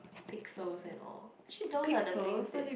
pixels and all actually those are the things that